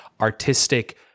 artistic